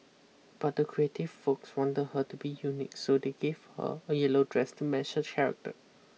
but the creative folks want her to be unique so they gave her a yellow dress to match her character